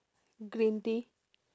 green tea